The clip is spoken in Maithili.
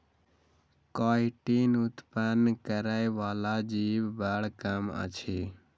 काइटीन उत्पन्न करय बला जीव बड़ कम अछि